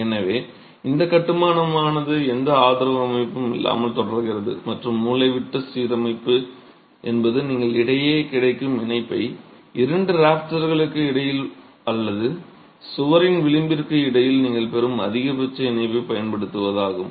எனவே இந்த கட்டுமானமானது எந்த ஆதரவு அமைப்பும் இல்லாமல் தொடர்கிறது மற்றும் மூலைவிட்ட சீரமைப்பு என்பது நீங்கள் இடையே கிடைக்கும் இணைப்பை இரண்டு ராஃப்டர்களுக்கு இடையில் அல்லது சுவரின் விளிம்பிற்கு இடையில் நீங்கள் பெறும் அதிகபட்ச இணைப்பைப் பயன்படுத்துவதாகும்